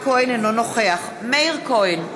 אינו נוכח מאיר כהן,